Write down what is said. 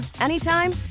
anytime